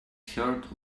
heart